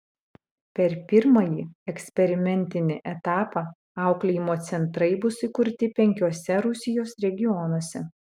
per pirmąjį eksperimentinį etapą auklėjimo centrai bus įkurti penkiuose rusijos regionuose